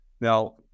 Now